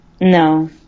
No